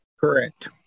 correct